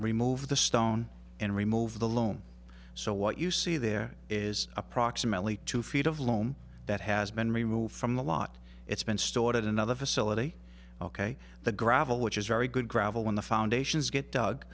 remove the stone and remove the loan so what you see there is approximately two feet of loam that has been removed from the lot it's been stored at another facility ok the gravel which is very good gravel when the foundations get